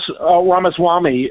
Ramaswamy